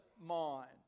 mind